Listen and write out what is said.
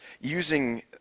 using